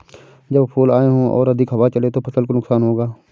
जब फूल आए हों और अधिक हवा चले तो फसल को नुकसान होगा?